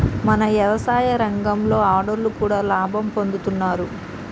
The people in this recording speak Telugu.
మన యవసాయ రంగంలో ఆడోళ్లు కూడా లాభం పొందుతున్నారు